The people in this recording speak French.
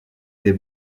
des